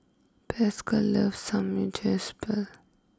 Pascal loves